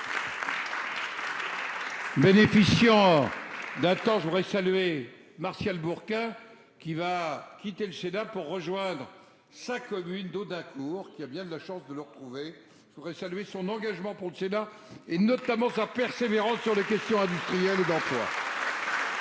de consommateurs. Je salue Martial Bourquin, qui va quitter le Sénat pour rejoindre sa commune d'Audincourt, qui a bien de la chance de le retrouver. Je veux saluer son engagement pour le Sénat, notamment sa persévérance sur les questions industrielles et d'emploi.